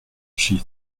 she